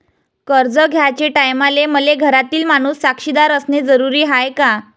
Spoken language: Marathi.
कर्ज घ्याचे टायमाले मले घरातील माणूस साक्षीदार असणे जरुरी हाय का?